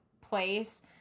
place